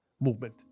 movement